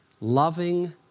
loving